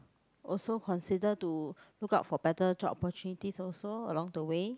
also consider to look out for better job opportunities also along the way